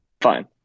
Fine